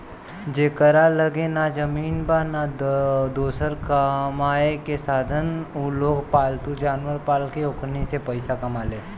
जेकरा लगे ना जमीन बा, ना दोसर कामायेके साधन उलोग पालतू जानवर पाल के ओकनी से पईसा कमाले